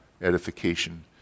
edification